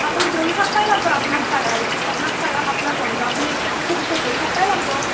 আপনি দৌৰি থাকবাই লাগব আপনাৰ ছাগাল আপনাৰ ছাগাল আপনাৰ জন্তু আপনি পিছে পিছে ঘূৰি থাকবাই লাগব'